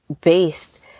based